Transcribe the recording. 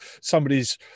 somebody's